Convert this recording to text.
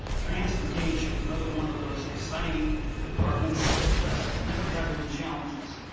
transportation, another one of those exciting departments that never have any challenges.